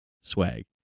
swag